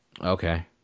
Okay